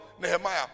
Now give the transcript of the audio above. Nehemiah